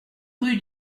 rue